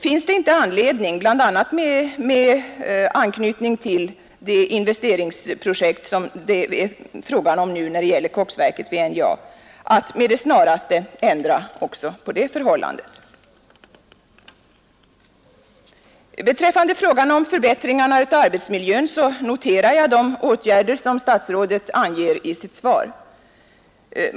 Finns det inte anledning, bl.a. med anknytning till det investeringsprojekt som nu är aktuellt vid NJA:s koksverk, att ändra också på det förhållandet? Beträffande frågan om förbättringarna av arbetsmiljön noterar jag de åtgärder som statsrådet anger i sitt svar.